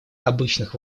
обычных